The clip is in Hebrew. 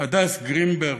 הדס גרינברג,